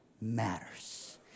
matters